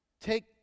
take